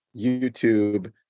YouTube